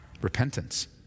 Repentance